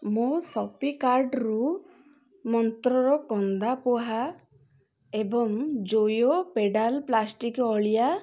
ମୋ ସପିଂ କାର୍ଟ୍ରୁ ମନ୍ତ୍ରର କନ୍ଦା ପୋହା ଏବଂ ଜୋୟୋ ପେଡ଼ାଲ୍ ପ୍ଲାଷ୍ଟିକ୍ ଅଳିଆ